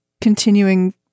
continuing